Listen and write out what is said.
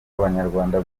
abanyarwanda